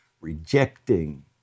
rejecting